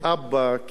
כקצין,